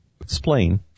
explain